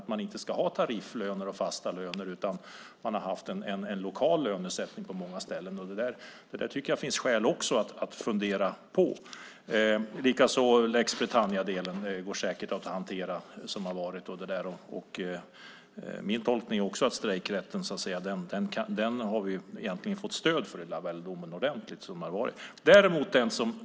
Man ska inte ha tarifflöner och fasta löner, utan man har haft en lokal lönesättning på många ställen, och det där finns det skäl att fundera på också. Lex Britanniadelen går likaså säkert att hantera. Min tolkning är att vi egentligen har fått ordentligt stöd för också strejkrätten i Lavaldomen.